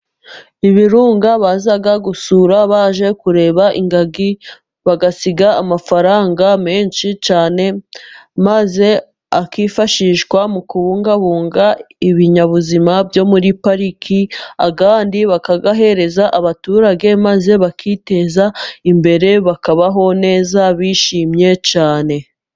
Ibirunga baza gusura baje kureba ingagi bagasiga amafaranga menshi cyane, maze akifashishwa mu kubungabunga ibinyabuzima byo muri pariki, ayandi bakayahereza abaturage maze bakiteza imbere bakabaho neza bishimye cyane.